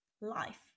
life